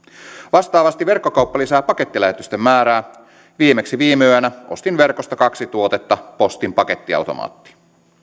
vastaavasti verkkokauppa lisää pakettilähetysten määrää viimeksi viime yönä ostin verkosta kaksi tuotetta postin pakettiautomaattiin